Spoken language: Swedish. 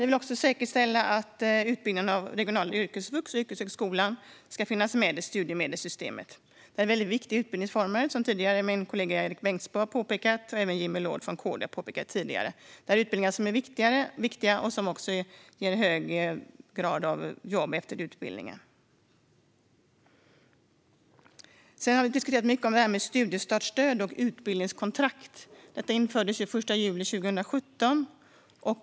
Vi vill också säkerställa att utbyggnaden av regional yrkesvux och yrkeshögskola ska finnas med i studiemedelssystemet. Det är viktiga utbildningsformer, som min kollega Erik Bengtzboe och även Jimmy Loord från KD har påpekat tidigare. Det är viktiga utbildningar som i stor utsträckning leder till jobb efter utbildningen. Vi har diskuterat studiestartsstöd och utbildningskontrakt. Det infördes den 1 juli 2017.